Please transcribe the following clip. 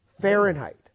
Fahrenheit